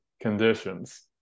conditions